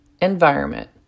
environment